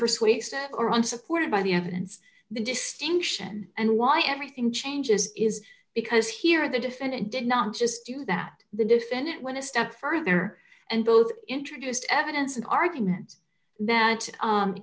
persuasive or unsupported by the evidence the distinction and why everything changes is because here are the and it did not just do that the defendant went a step further and both introduced evidence and argument that num